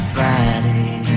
Friday